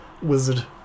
wizard